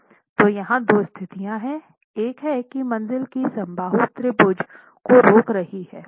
तो यहाँ दो स्थितियाँ हैं एक है कि मंज़िल ही समबाहु त्रिभुज को रोक रही है